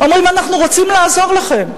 אומרים: אנחנו רוצים לעזור לכם,